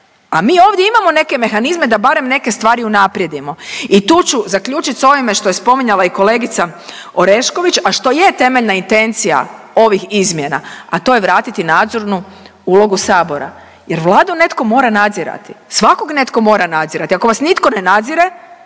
a mi ovdje imamo neke mehanizme da barem neke stvari unaprijedimo. I tu ću zaključit s ovome što je spominjala i kolegica Orešković, a što je temeljna intencija ovih izmjena, a to je vratiti nadzornu ulogu sabora jer Vladu netko mora nadzirati. Svakog netko mora nadzirati, ako vas nitko ne nadzire